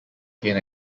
gain